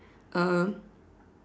uh